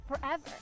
forever